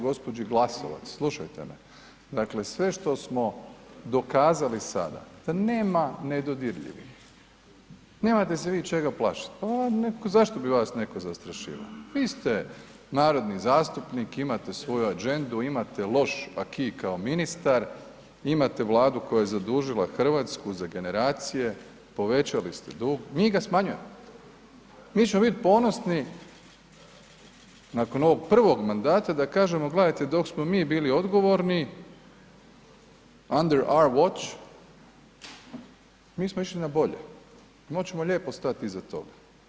Glasovac, slušajte me, dakle sve što smo dokazali sada da nema nedodirljivih, nemate se vi čega plašit, zašto bi vas netko zastrašivao, vi ste narodni zastupnik, imate svoju adžendu, imate loš aki kao ministar, imate Vladu koja je zadužila RH za generacije, povećali ste dug, mi ga smanjujemo, mi ćemo bit ponosni nakon ovog prvog mandata da kažemo gledajte dok smo mi bili odgovorni Andrej … [[Govornik se ne razumije]] mi smo išli na bolje, moći ćemo lijepo stati iza toga.